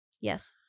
yes